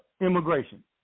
immigration